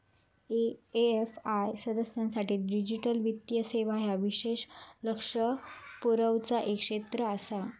AFI सदस्यांसाठी digital वित्तीय सेवा ह्या विशेष लक्ष पुरवचा एक क्षेत्र आसा